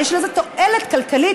יש לזה תועלת כלכלית,